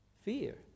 fear